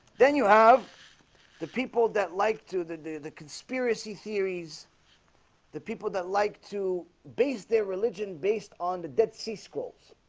then you have the people that like to the the the conspiracy theories the people that like to base their religion based on the dead sea scrolls